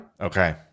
okay